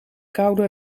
koude